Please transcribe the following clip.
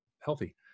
healthy